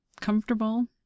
comfortable